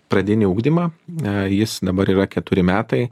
pradinį ugdymą jis dabar yra keturi metai